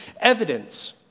evidence